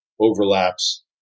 overlaps